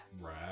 Right